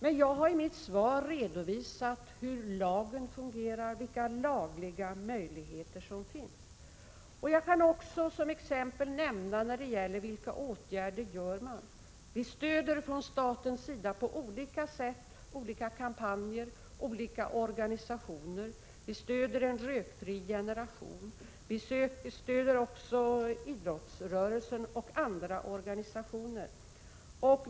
I mitt svar har jag redovisat hur lagen fungerar och vilka lagliga möjligheter som finns. Låt mig också nämna några exempel på åtgärder som vidtas. Vi stöder från statens sida olika kampanjer och olika organisationer. Vi stöder En rökfri generation, liksom idrottsrörelsen och andra organisationer.